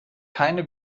keine